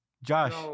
Josh